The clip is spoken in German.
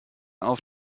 auf